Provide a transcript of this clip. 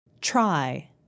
Try